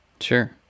Sure